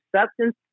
substance